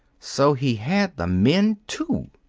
so he had the men, too!